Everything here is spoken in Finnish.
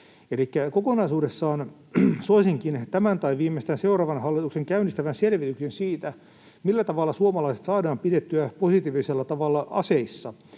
kokonaisuudessaan soisinkin tämän tai viimeistään seuraavan hallituksen käynnistävän selvityksen siitä, millä tavalla suomalaiset saadaan pidettyä positiivisella tavalla aseissa